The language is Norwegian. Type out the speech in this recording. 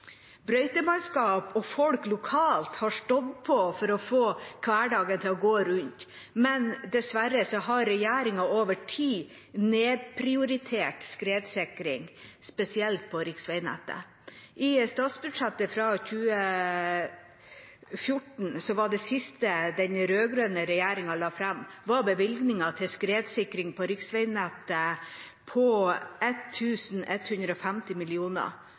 og folk lokalt har stått på for å få hverdagen til å gå rundt, men dessverre har regjeringen over tid nedprioritert skredsikring, spesielt på riksveinettet. I statsbudsjettet for 2014, som var det siste den rød-grønne regjeringen la fram, var bevilgningen til skredsikring på riksveinettet på